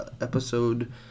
Episode